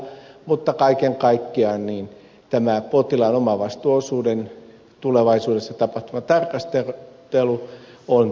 mutta kaiken kaikkiaan potilaan omavastuuosuuden tulevaisuudessa tapahtuva tarkastelu on tärkeätä